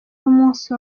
numunsi